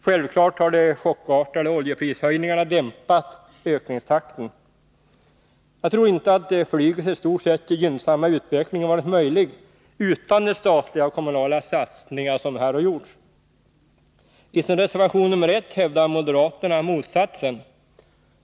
Självfallet har de chockartade oljeprishöjningarna dämpat ökningstakten. Jag tror inte att flygets i stort sett gynnsamma utveckling varit möjlig utan de statliga och kommunala satsningar som här gjorts. I sin reservation nr 1 hävdar moderaterna motsatsen.